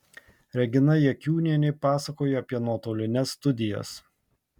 regina jakiūnienė pasakojo apie nuotolines studijas